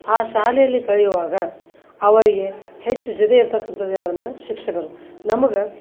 ಆ ಶಾಲೆಯಲ್ಲಿ ಕಳೆಯುವಾಗ ಅವರಿಗೆ ಹೆಚ್ಚು ಜೊತೆ ಇರ್ತಕಂಥದ್ ಯಾರು ಅಂದರೆ ಶಿಕ್ಷಕರು ನಮಗೆ